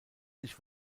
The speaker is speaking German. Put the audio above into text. sich